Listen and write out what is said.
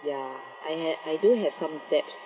ya I had I do have some debts